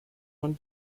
von